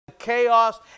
chaos